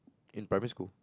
in primary school